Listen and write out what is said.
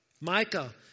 Micah